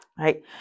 Right